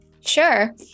Sure